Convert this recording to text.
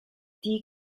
die